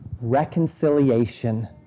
reconciliation